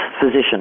physician